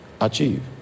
achieve